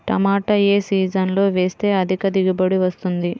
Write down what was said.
టమాటా ఏ సీజన్లో వేస్తే అధిక దిగుబడి వస్తుంది?